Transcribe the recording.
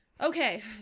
Okay